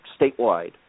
statewide